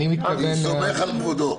אני סומך על כבודו.